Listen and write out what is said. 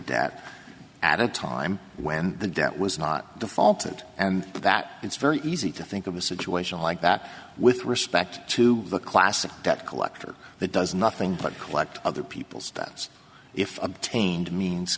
debt at a time when the debt was not default and that it's very easy to think of a situation like that with respect to the classic debt collector that does nothing but collect other people's that's if obtained means